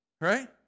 right